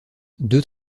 deux